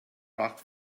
rock